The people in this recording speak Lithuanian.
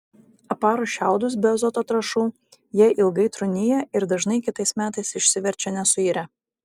aparus šiaudus be azoto trąšų jie ilgai trūnija ir dažnai kitais metais išsiverčia nesuirę